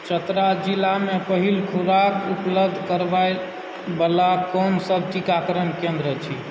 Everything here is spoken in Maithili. चतरा जिलामे पहिल खुराक उपलब्ध करबयबला कोन सब टीकाकरण केन्द्र अछि